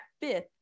fifth